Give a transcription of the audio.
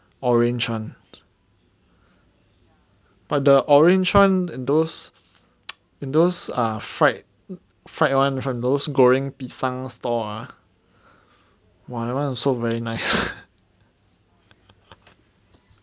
orange [one] but the orange [one] in those in those ah fried fried [one] from those goreng pisang store ah !wah! that [one] also very nice